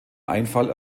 einfall